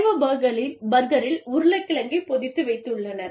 சைவ பர்கரில் உருளைக்கிழங்கை பொதித்து வைத்துள்ளனர்